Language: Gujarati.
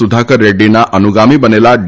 સુધાકર રેકીના અનુગામી બનેલા ડી